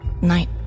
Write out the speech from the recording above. Night